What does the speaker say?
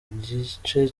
gice